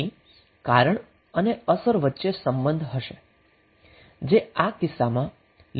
અહીં કારણ અને અસર વચ્ચે સંબંધ હશે જે આ કિસ્સામાં લિનિયર છે